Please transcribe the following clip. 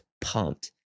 pumped